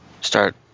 Start